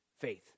Faith